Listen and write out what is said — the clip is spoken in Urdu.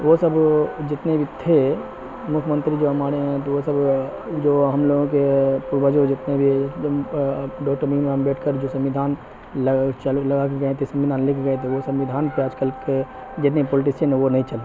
وہ سب جتنے بھی تھے مکھ منتری جو ہمارے ہیں تو وہ سب جو ہم لوگوں کے پروجوں جتنے بھی ڈاکٹر بھیم راؤ امبیڈکر جو سمودھان لگا کے چالو لگا کے گئے تھے سمودھان لکھ کے گئے تھے وہ سمودھان پہ آج کل کے جتنے پولٹیسین ہیں وہ نہیں چلتے ہیں